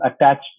attached